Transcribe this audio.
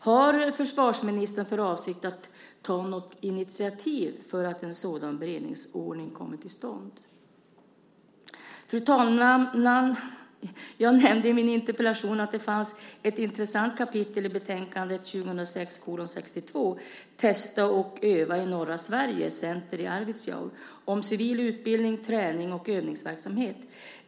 Har försvarsministern för avsikt att ta något initiativ för att en sådan beredningsordning kommer till stånd? Fru talman! Jag nämnde i min interpellation att det fanns ett intressant kapitel i betänkande 2006:62, Testa och öva i norra Sverige - Center i Arvidsjaur , om civil utbildning, träning och övningsverksamhet.